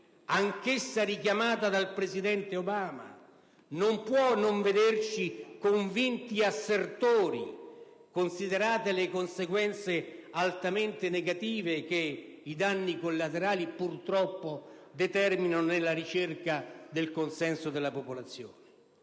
anch'essa richiamata dal presidente Obama, non può non vederci convinti assertori, considerate le conseguenze altamente negative che i danni collaterali, purtroppo, determinano nella ricerca del consenso della popolazione.